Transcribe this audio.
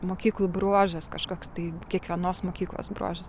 mokyklų bruožas kažkoks tai kiekvienos mokyklos bruožas